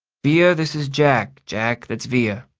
via, this is jack. jack, that's via.